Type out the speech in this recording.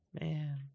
Man